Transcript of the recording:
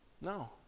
No